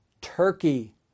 Turkey